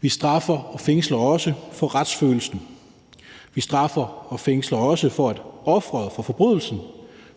Vi straffer og fængsler også for retsfølelsen. Vi straffer og fængsler også for, at ofret for forbrydelsen